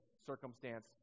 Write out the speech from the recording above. circumstance